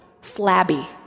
flabby